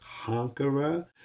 conqueror